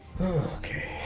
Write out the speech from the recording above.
Okay